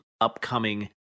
upcoming